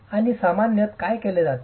आणि सामान्यत काय केले जाते